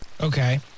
Okay